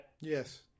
yes